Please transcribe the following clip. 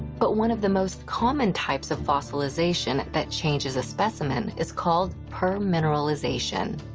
but one of the most common types of fossilization that changes a specimen is called permineralization.